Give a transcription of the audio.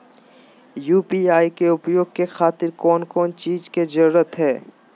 UPI के उपयोग के खातिर कौन कौन चीज के जरूरत है?